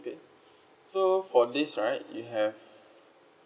okay so for this right you have